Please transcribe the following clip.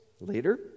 later